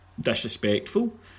disrespectful